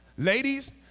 Ladies